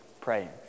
praying